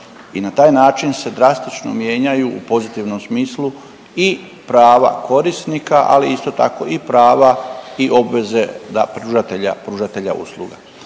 i na taj način se drastično mijenjaju u pozitivnom smislu i prava korisnika, ali isto tako i prava i obveze da pružatelja,